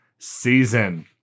season